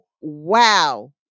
wow